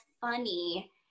funny